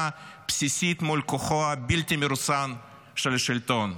בסיסית מול כוחו הבלתי-מרוסן של השלטון.